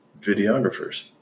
videographers